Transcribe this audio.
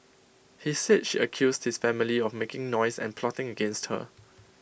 he said she accused his family of making noise and plotting against her